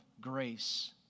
grace